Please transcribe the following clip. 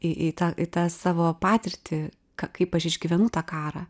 į į tą į tą savo patirtį ka kaip aš išgyvenu tą karą